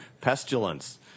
pestilence